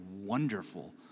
wonderful